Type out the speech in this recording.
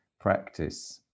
practice